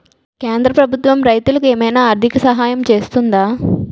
కేంద్ర ప్రభుత్వం రైతులకు ఏమైనా ఆర్థిక సాయం చేస్తుందా?